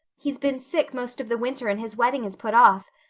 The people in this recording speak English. he's been sick most of the winter and his wedding is put off.